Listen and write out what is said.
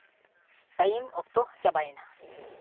time ᱚᱠᱛᱚ ᱪᱟᱵᱟᱭᱮᱱᱟ